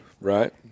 Right